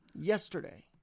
yesterday